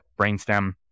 brainstem